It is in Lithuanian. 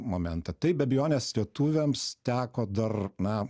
momentą taip be abejonės lietuviams teko dar na